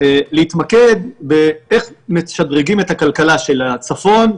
בהתמקדות של איך משדרגים את הכלכלה של הצפון,